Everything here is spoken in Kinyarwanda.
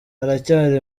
aracyari